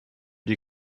die